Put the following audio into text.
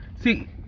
See